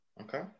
Okay